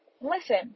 Listen